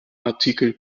artikel